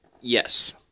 Yes